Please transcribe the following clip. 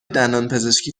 دندانپزشکی